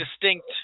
distinct